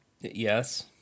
Yes